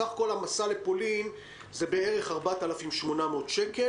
בסך הכול המסע לפולין עלותו בערך 4,800 שקל.